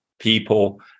people